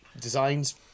design's